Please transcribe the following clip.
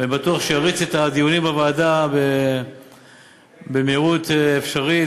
ובטוח שהוא יריץ את הדיונים בוועדה במהירות האפשרית,